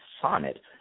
sonnet